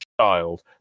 child